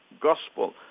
gospel